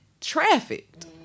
trafficked